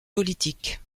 politiques